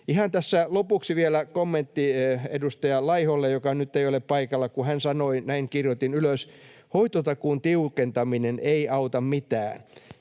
Ihan tässä lopuksi vielä kommentti edustaja Laiholle, joka nyt ei ole paikalla, kun hän sanoi — näin kirjoitin ylös — että ”hoitotakuun tiukentaminen ei auta mitään”.